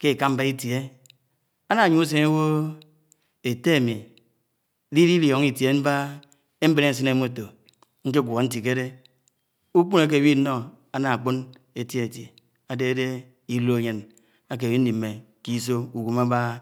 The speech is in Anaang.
ke ékámbá it́ie, ana aj́em usun iwo et́te m̄i Lilióno̱ It́ie ḿbahá, ebenesin ke nḱpọ isáng, kegwo nitikede. Uḱpọnọ ke ewi ino ana akpon etieti, ade ádee unĺoýin áké aḿi nnime ḱe íso̱ ké ugwem ábah́a.